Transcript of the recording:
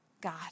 God